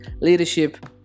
leadership